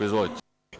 Izvolite.